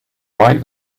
right